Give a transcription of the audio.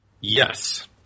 Yes